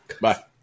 Bye